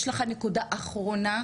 יש לך נקודה אחרונה?